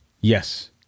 Yes